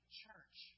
church